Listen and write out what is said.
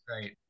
Right